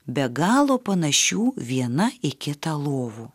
be galo panašių viena į kitą lovų